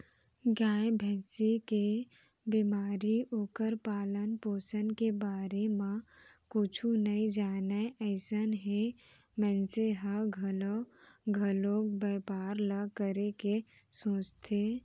गाय, भँइसी के बेमारी, ओखर पालन, पोसन के बारे म कुछु नइ जानय अइसन हे मनसे ह घलौ घलोक बैपार ल करे के सोचथे